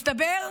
מסתבר,